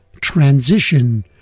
transition